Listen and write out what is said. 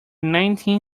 nineteen